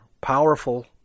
powerful